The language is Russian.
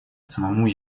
самому